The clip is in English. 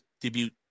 debut